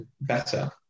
better